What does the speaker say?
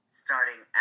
starting